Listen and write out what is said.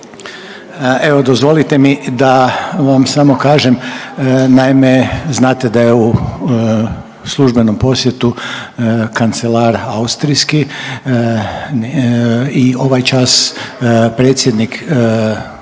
evo dozvolite mi da vam samo kažem naime znate da je u službenom posjetu kancelar austrijski i ovaj čas predsjednik